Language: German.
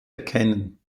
erkennen